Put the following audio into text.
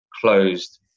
closed